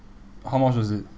how much was it